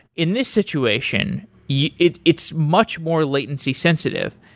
in this situation, yeah it's it's much more latency sensitive.